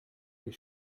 les